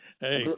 Hey